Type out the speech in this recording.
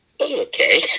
okay